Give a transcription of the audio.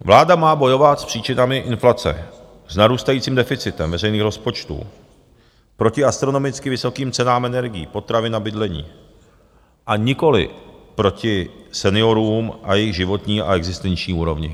Vláda má bojovat s příčinami inflace, s narůstajícím deficitem veřejných rozpočtů, proti astronomicky vysokým cenám energií, potravin a bydlení, a nikoliv proti seniorům a jejich životní a existenční úrovni.